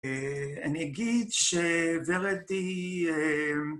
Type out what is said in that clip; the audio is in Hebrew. אני אגיד שורד היא ...